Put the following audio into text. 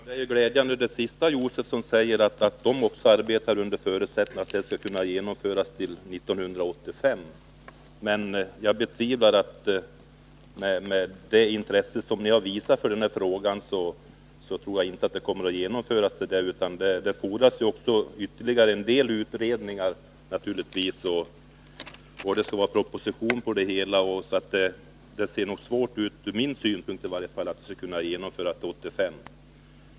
Herr talman! Det sista Stig Josefson sade — att även utskottsmajoriteten arbetar för att en utvidgad uppgiftsskyldighet skall kunna genomföras 1985 — är glädjande. Men med tanke på det intresse ni har visat för den här frågan betvivlar jag att detta förslag kommer att genomföras. Det fordras naturligtvis en del ytterligare utredningar, och det skall skrivas en proposition om det — jag tycker alltså att det verkar svårt att den vägen få förslaget genomfört till 1985.